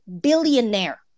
billionaire